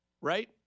Right